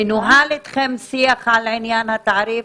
מנוהל אתכם שיח על עניין התעריף?